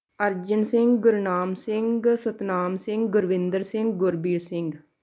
Arjan Singh Gurnam Singh Satnam Singh Gurvinder Singh Gurbir Singh